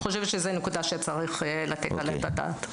אני חושבת שזו נקודה שצריך לתת עליה את הדעת.